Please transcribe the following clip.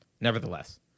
nevertheless